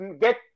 get